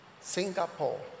Singapore